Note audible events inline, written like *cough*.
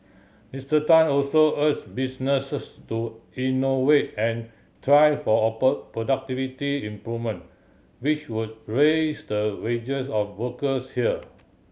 Mister Tan also urged businesses to innovate and strive for *unintelligible* productivity improvement which would raise the wages of workers here